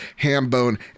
Hambone